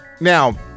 now